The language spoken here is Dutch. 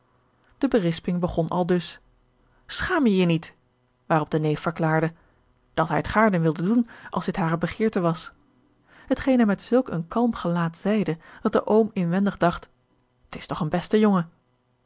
de berisping begon aldus schaam je je niet waarop de neef verklaarde dat hij het gaarne wilde doen als dit hare begeerte was hetgeen hij met zulk een kalm gelaat zeide dat de oom inwendig dacht t is toch een beste jongen